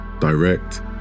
direct